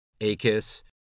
Achis